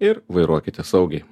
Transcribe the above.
ir vairuokite saugiai